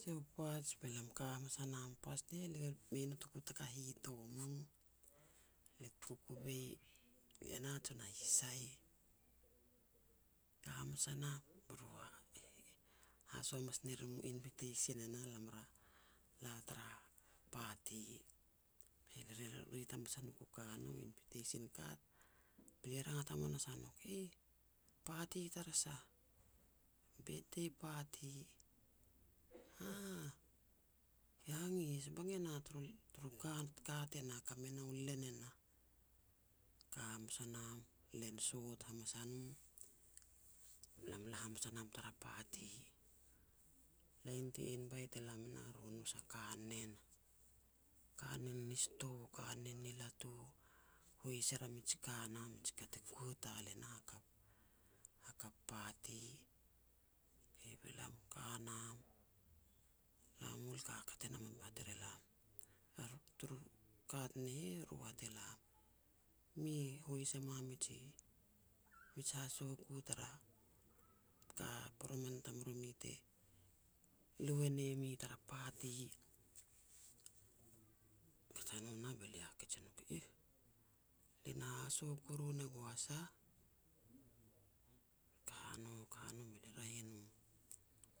Sia u poaj be lam ka hamas a nam. Poaj nien le ku mei notoku taka hitom u. Le ku kukuvei, lia nah jon a hisai. Ka hamas a nam, be ru e haso hamas ne rim u invitation e nah, lam ra la tara party. Be lia re-read hamas e nouk u ka nah u invitation card, be lia rangat hamas a nouk. "Eih, party tara sah." "Birthday party." "Aah, i hangis." "Bang e nah turu-turu car-card e nah ka me nou len e nah." Ka hamas a nam, len sot hamas a no, be lam la hamas a nam tara party. Lain ti invite e lam e nah, ru nous a kanen. Kanen ni sto, kanen ni latu, hois er a miji ka nah miji ka ti kua tal e nah, hakap-hakap party. Okay, be lam ka nam, lam mol kakat e nam be ru hat er elam, eru turu kat ne heh, ru hat elam, mi hois e mua miji-mij hasoku tara ka poroman tamromi te lui e ne mi tara party. Kat a no nah be lia hakej e nouk, eeh, le na haso kuru ne gua sah. Ka no, ka no, be lia, raeh e no